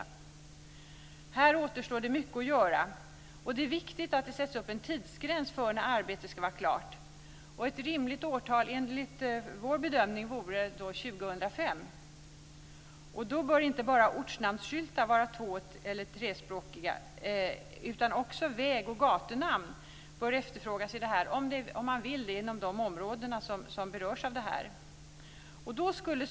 I det här avseendet återstår mycket att göra, och det är viktigt att det sätts upp en tidsgräns för när arbetet ska vara klart. Ett rimligt årtal vore, enligt vår bedömning, 2005. Då bör inte bara ortnamnsskyltar vara två eller trespråkiga, utan också väg och gatunamn bör omfattas om man så vill inom de berörda områdena.